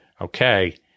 okay